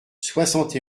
soixante